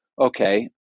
okay